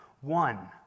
one